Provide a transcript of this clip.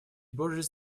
borders